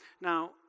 Now